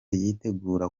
yitegura